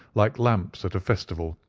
like lamps at a festival,